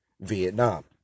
Vietnam